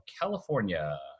California